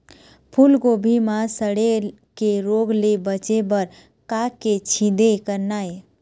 फूलगोभी म सड़े के रोग ले बचे बर का के छींचे करना ये?